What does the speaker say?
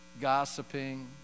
Gossiping